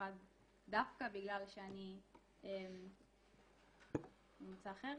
דווקא בגלל שאני ממוצא אחר.